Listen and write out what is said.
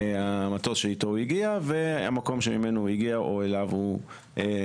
המטוס איתו הוא הגיע והמקום ממנו הוא הגיע או אליו הוא יוצא.